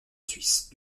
suisse